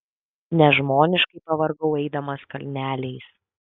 nežmoniškai pavargau eidamas kalneliais